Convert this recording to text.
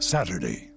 Saturday